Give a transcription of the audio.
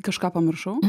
kažką pamiršau